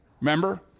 Remember